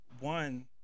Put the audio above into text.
one